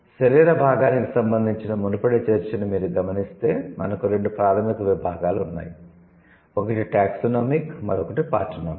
శరీర భాగానికి సంబంధించిన మునుపటి చర్చను మీరు గమనిస్తే మనకు రెండు ప్రాధమిక విభాగాలు ఉన్నాయి ఒకటి టాక్సోనోమిక్ మరొకటి పార్టనోమిక్